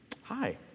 Hi